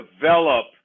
develop